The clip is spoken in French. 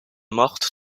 morte